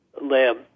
lab